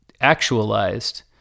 actualized